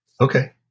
Okay